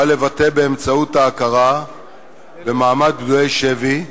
בא לבטא, באמצעות ההכרה במעמד פדויי שבי,